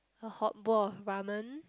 a hot bowl of ramen